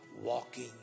walking